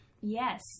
Yes